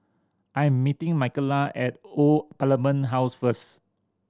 I am meeting Michaela at Old Parliament House first